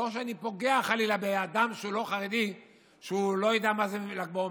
לא שאני פוגע חלילה באדם שהוא לא חרדי שלא יודע מה זה ל"ג בעומר,